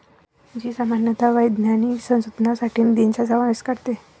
जी सामान्यतः वैज्ञानिक संशोधनासाठी निधीचा समावेश करते